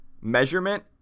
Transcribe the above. measurement